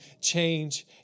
change